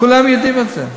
כולם יודעים את זה.